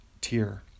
tier